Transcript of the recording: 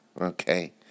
Okay